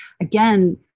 Again